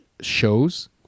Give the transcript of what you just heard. shows